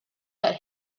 that